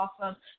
Awesome